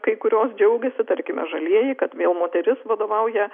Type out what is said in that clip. kai kurios džiaugiasi tarkime žalieji kad vėl moteris vadovauja